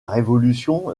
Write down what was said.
révolution